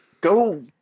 Go